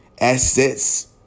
assets